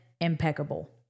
impeccable